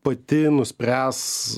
pati nuspręs